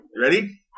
ready